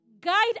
guide